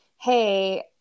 hey